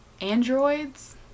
Androids